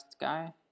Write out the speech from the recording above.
guy